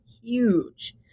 huge